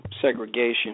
segregation